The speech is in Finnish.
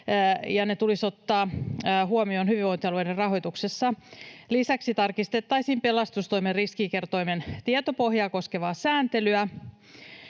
ja ne tulisi ottaa huomioon hyvinvointialueiden rahoituksessa. Lisäksi tarkistettaisiin pelastustoimen riskikertoimen tietopohjaa koskevaa sääntelyä.